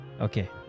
Okay